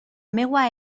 meua